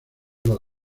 los